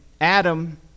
Adam